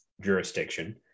jurisdiction